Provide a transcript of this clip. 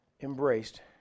embraced